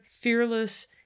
fearless